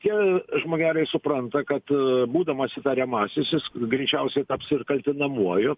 tie žmogeliai supranta kad būdamas įtariamasis jis greičiausiai taps ir kaltinamuoju